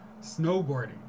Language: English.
snowboarding